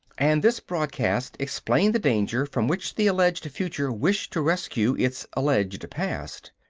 and this broadcast explained the danger from which the alleged future wished to rescue its alleged past.